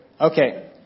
Okay